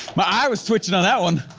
my eye was twitching on that one.